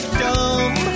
dumb